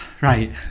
Right